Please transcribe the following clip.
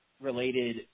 related